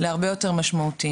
להרבה יותר משמעותיים.